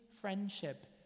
friendship